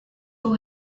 who